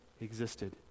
existed